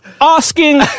Asking